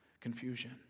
confusion